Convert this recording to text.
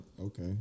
okay